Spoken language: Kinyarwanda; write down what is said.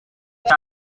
cya